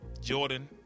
Jordan